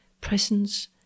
presence